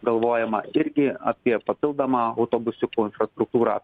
galvojama irgi apie papildomą autobusiukų infrastruktūrą